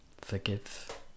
forgive